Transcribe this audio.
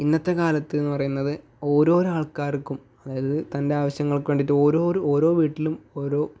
ഇന്നത്തെകാലത്ത് എന്ന് പറയുന്നത് ഓരോരോ ആൾക്കാർക്കും അതായത് തൻ്റെ ആവശ്യങ്ങൾക്ക് വേണ്ടിയിട്ടും ഓരോരോ ഓരോ വീട്ടിലും ഓരോ